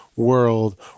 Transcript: world